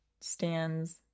stands